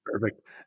Perfect